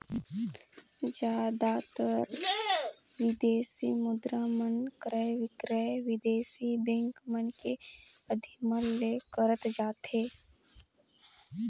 जादातर बिदेसी मुद्रा मन क्रय बिक्रय बिदेसी बेंक मन के अधिमन ले करत जाथे